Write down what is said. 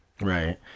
Right